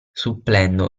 supplendo